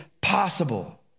possible